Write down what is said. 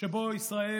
שבו ישראל